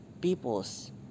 people's